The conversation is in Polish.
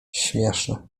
śmieszne